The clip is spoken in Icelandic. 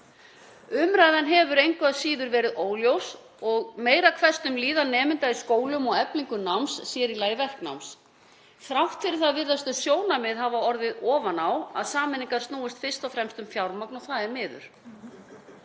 Umræðan hefur engu að síður verið óljós og meira hverfst um líðan nemenda í skólum og eflingu náms, sér í lagi verknáms. Þrátt fyrir það virðast þau sjónarmið hafa orðið ofan á að sameiningar snúist fyrst og fremst um fjármagn og það er miður.